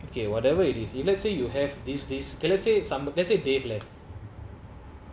okay whatever it is if let's say you have this this okay let's say some let's say dave left